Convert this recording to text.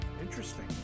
interesting